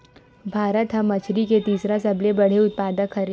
भारत हा मछरी के तीसरा सबले बड़े उत्पादक हरे